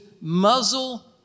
muzzle